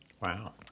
Wow